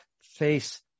face